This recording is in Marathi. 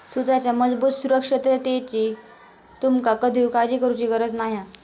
सुताच्या मजबूत सुरक्षिततेची तुमका कधीव काळजी करुची गरज नाय हा